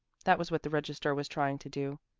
that was what the registrar was trying to do.